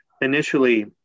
initially